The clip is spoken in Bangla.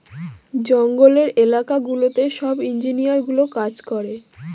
জঙ্গলের এলাকা গুলোতে সব ইঞ্জিনিয়ারগুলো কাজ করে